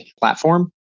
platform